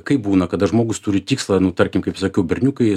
kaip būna kada žmogus turi tikslą nu tarkim kaip sakiau berniukai